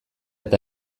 eta